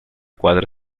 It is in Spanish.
cuadro